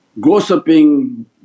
gossiping